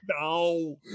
No